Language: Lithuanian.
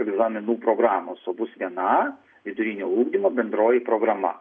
egzaminų programos o bus viena vidurinio ugdymo bendroji programa